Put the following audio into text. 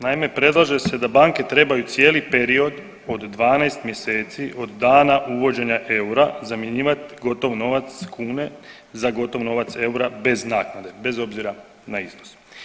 Naime, predlaže se da banke trebaju cijeli period od 12 mjeseci od dana uvođenja eura zamjenjivat gotov novac kune, za gotov novac eura bez naknade bez obzira na iznos.